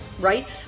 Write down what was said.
right